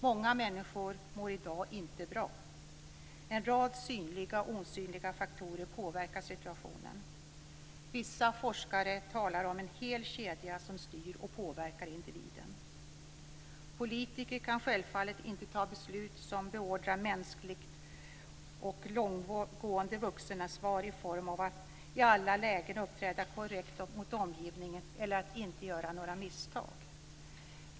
Många människor mår i dag inte bra. En rad synliga och osynliga faktorer påverkar situationen. Vissa forskare talar om en hel kedja som styr och påverkar individen. Politiker kan självfallet inte fatta beslut som beordrar mänskligt och långtgående vuxenansvar i form av att i alla lägen uppträda korrekt mot omgivningen eller att inte göra några misstag.